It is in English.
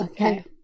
okay